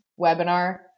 webinar